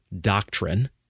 doctrine